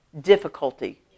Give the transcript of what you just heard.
difficulty